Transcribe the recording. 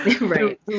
Right